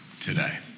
today